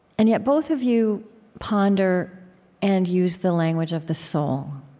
and yet, both of you ponder and use the language of the soul.